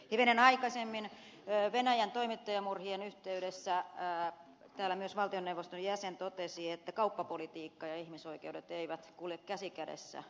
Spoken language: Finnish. hivenen aikaisemmin venäjän toimittajamurhien yhteydessä täällä myös valtioneuvoston jäsen totesi että kauppapolitiikka ja ihmisoikeudet eivät kulje käsi kädessä suomessa